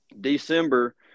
December